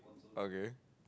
okay